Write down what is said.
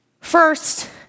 First